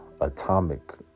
atomic